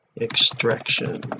extraction